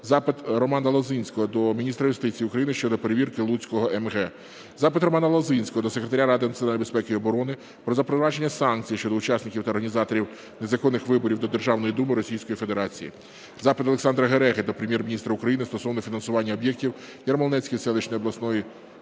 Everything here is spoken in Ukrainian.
Запит Романа Лозинського до міністра юстиції України щодо перевірки Луцького М.Г. Запит Романа Лозинського до Секретаря Ради національної безпеки і оборони України про запровадження санкцій щодо учасників та організаторів незаконних виборів до Державної Думи Російської Федерації. Запит Олександра Гереги до Прем'єр-міністра України стосовно фінансування об'єктів Ярмолинецької селищної об'єднаної